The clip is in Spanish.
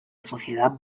sociedad